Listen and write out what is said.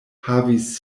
havis